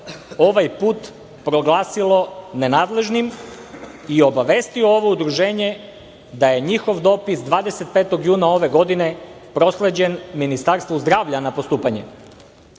ovaj put proglasilo nenadležnim i obavestio ovo udruženje da je njihov dopis 25. juna ove godine prosleđen Ministarstvu zdravlja na postupanje.S